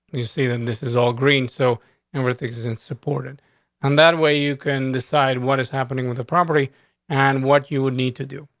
you see that this is all green, so everything's isn't supported on and that way you can decide what is happening with the property and what you would need to do.